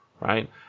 right